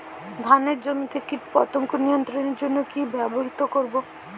ধানের জমিতে কীটপতঙ্গ নিয়ন্ত্রণের জন্য কি ব্যবহৃত করব?